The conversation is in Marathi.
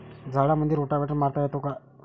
झाडामंदी रोटावेटर मारता येतो काय?